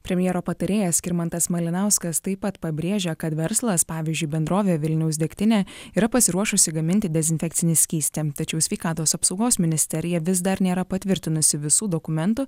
premjero patarėjas skirmantas malinauskas taip pat pabrėžia kad verslas pavyzdžiui bendrovė vilniaus degtinė yra pasiruošusi gaminti dezinfekcinį skystį tačiau sveikatos apsaugos ministerija vis dar nėra patvirtinusi visų dokumentų